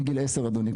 מגיל 10 אדוני,